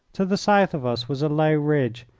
to the south of us was a low ridge,